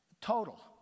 total